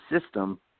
system